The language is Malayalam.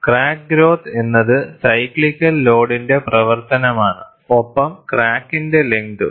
ക്രാക്ക് ഗ്രോത്ത് എന്നത് സൈക്ലിക്കൽ ലോഡിന്റെ പ്രവർത്തനമാണ് ഒപ്പം ക്രാക്കിന്റെ ലെങ്തും